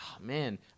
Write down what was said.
Man